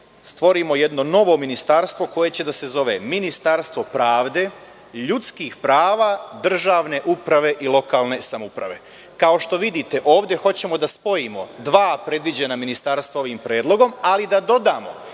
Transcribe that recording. stvorimo jedno novo ministarstvo koje će da se zove ministarstvo pravde, ljudskih prava, državne uprave i lokalne samouprave. Kao što vidite ovde hoćemo da spojimo dva predviđena ministarstva ovim predlogom, ali da dodamo